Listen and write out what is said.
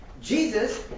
Jesus